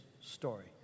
story